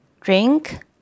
drink